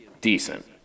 decent